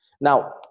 Now